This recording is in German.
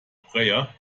breyer